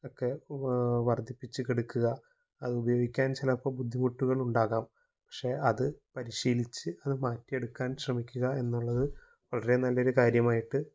ഒക്കെ വര്ദ്ധിപ്പിച്ച് കെടുക്കുക അതുപയോഗിക്കാന് ചിലപ്പോള് ബുദ്ധിമുട്ടുകളുണ്ടാവാം പക്ഷേ അത് പരിശീലിച്ച് അത് മാറ്റിയെടുക്കാന് ശ്രമിക്കുക എന്നുള്ളത് വളരെ നല്ലൊരു കാര്യമായിട്ട്